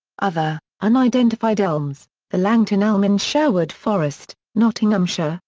other, unidentified elms the langton elm in sherwood forest, nottinghamshire,